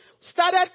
Started